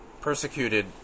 persecuted